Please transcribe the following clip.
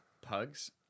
Pugs